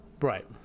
right